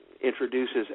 introduces